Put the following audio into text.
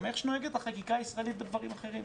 זה הפוך גם לאיך שנוהגת החקיקה הישראלית בדברים אחרים.